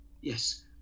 yes